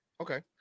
Okay